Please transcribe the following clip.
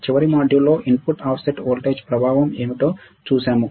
చివరి మాడ్యూల్లో input offset voltage ప్రభావం ఏమిటో చూశాము